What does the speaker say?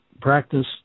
practice